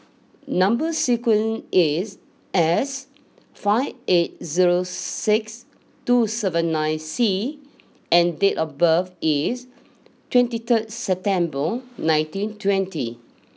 number sequence is S five eight zero six two seven nine C and date of birth is twenty third September nineteen twenty